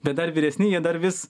bet dar vyresni jie dar vis